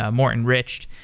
ah more enriched